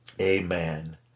Amen